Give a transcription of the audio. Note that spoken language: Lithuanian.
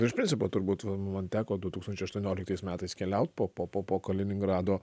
iš principo turbūt man teko du tūkstančiai aštuonioliktais metais keliaut po po po po kaliningrado